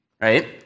right